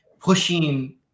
pushing